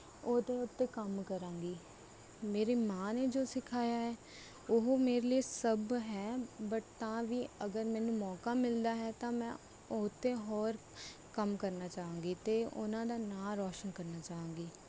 ਉਹਦੇ ਉੱਤੇ ਕੰਮ ਕਰਾਂਗੀ ਮੇਰੀ ਮਾਂ ਨੇ ਜੋ ਸਿਖਾਇਆ ਹੈ ਉਹ ਮੇਰੇ ਲਈ ਸਭ ਹੈ ਬਟ ਤਾਂ ਵੀ ਅਗਰ ਮੈਨੂੰ ਮੌਕਾ ਮਿਲਦਾ ਹੈ ਤਾਂ ਮੈਂ ਉਹਤੇ ਹੋਰ ਕੰਮ ਕਰਨਾ ਚਾਹਵਾਂਗੀ ਅਤੇ ਉਹਨਾਂ ਦਾ ਨਾਂ ਰੌਸ਼ਨ ਕਰਨਾ ਚਾਹਵਾਂਗੀ